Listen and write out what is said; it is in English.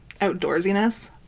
outdoorsiness